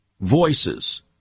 voices